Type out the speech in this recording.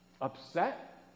Upset